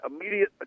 immediate